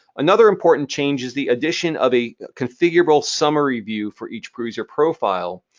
another important change is the addition of a configurable summary view for each producer profile.